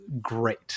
great